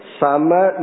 sama